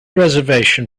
reservation